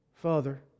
Father